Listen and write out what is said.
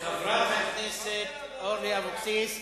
חברת הכנסת אורלי אבקסיס,